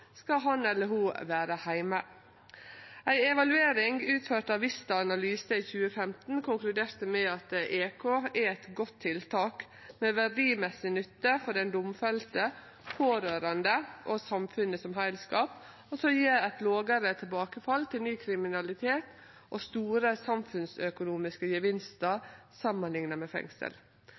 skal han eller ho vere heime. Ei evaluering utført av Vista Analyse i 2015 konkluderte med at EK er eit godt tiltak med verdimessig nytte for den domfelte, pårørande og samfunnet som heilskap, og gjev eit lågare tilbakefall til ny kriminalitet og store samfunnsøkonomiske gevinstar samanlikna med fengsel.